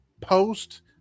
post